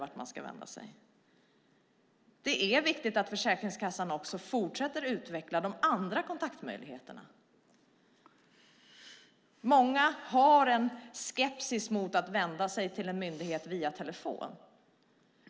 Det är därför viktigt att Försäkringskassan också fortsätter utveckla de andra kontaktmöjligheterna. Många är skeptiska till att vända sig till en myndighet via telefon.